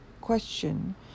question